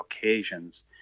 occasions